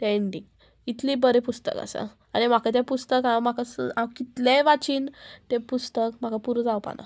ते एंडींग इतली बरें पुस्तक आसा आनी म्हाका तें पुस्तक हांव म्हाका हांव कितलेय वाचीन तें पुस्तक म्हाका पुरो जावपाना